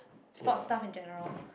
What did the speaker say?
sport stuff in general